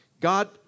God